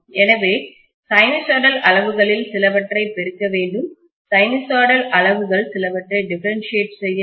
எனவே சைனூசாய்டல் அளவுகளில் சிலவற்றைப் பெருக்க வேண்டும் சைனூசாய்டல் அளவுகள் சிலவற்றை டிஃபரண்ட்ஷீயேட் செய்ய வேண்டும்